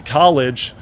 college